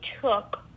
took